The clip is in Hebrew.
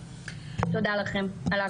תודה לכם על ההקשבה.